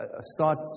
start